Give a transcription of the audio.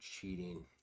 cheating